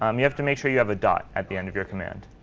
um you have to make sure you have a dot at the end of your command.